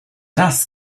das